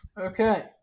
Okay